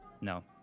No